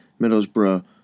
Middlesbrough